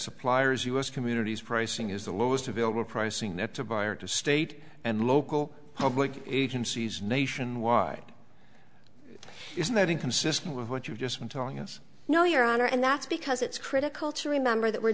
suppliers us communities pricing is the lowest available pricing that the buyer to state and local public agencies nationwide isn't that inconsistent with what you've just been telling us no your honor and that's because it's critical to remember that we're